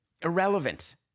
Irrelevant